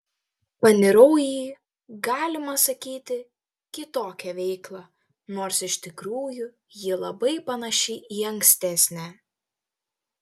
panirau į galima sakyti kitokią veiklą nors iš tikrųjų ji labai panaši į ankstesnę